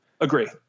Agree